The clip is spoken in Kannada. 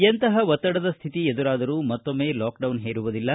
ಎಂತಹ ಒತ್ತಡದ ಶ್ಥಿತಿ ಎದುರಾದರೂ ಮತ್ತೊಮ್ಮೆ ಲಾಕ್ಡೌನ್ ಹೇರುವುದಿಲ್ಲ